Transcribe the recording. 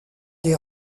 des